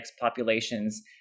populations